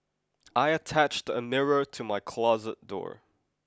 I attached a mirror to my closet door